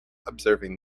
observing